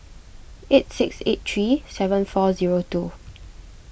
eight six eight three seven four zero two